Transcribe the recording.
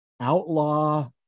outlaw